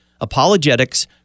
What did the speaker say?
Apologetics